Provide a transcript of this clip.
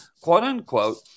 quote-unquote